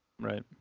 Right